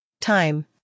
Time